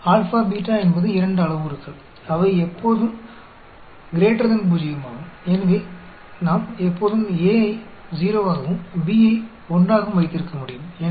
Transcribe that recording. तो यह आपको बीटा प्रोबेबिलिटी डेंसिटी फ़ंक्शन का सरलीकृत संस्करण देता है